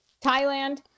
Thailand